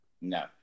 No